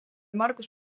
margus